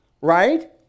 right